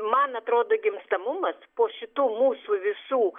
man atrodo gimstamumas po šitų mūsų visų